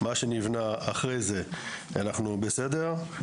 מה שנבנה אחרי זה, אנחנו בסדר.